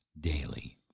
daily